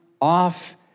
off